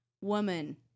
woman